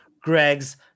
Greg's